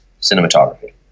cinematography